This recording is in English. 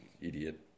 idiot